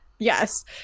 Yes